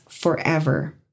forever